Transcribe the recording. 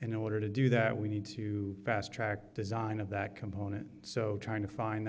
and in order to do that we need to fast track design of that component so trying to find